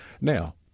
Now